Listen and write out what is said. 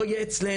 לא יהיה אצלנו,